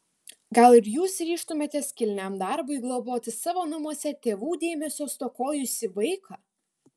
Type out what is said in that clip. gal ir jūs ryžtumėtės kilniam darbui globoti savo namuose tėvų dėmesio stokojusį vaiką